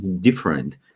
different